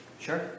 Sure